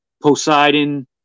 Poseidon